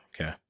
okay